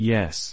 Yes